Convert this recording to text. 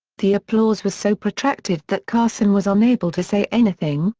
the applause was so protracted that carson was unable to say anything,